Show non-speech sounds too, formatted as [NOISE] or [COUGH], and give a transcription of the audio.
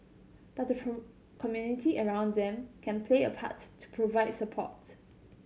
but the [UNINTELLIGIBLE] community around them can play a part to provide support